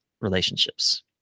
relationships